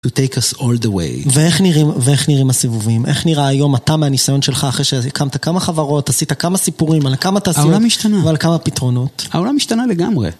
ואיך נראים, ואיך נראים הסיבובים? איך נראה היום, אתה מהניסיון שלך אחרי שהקמת כמה חברות, עשית כמה סיפורים על כמה תעשיות. העולם השתנה. ועל כמה פתרונות? העולם השתנה לגמרי.